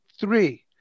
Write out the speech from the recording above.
Three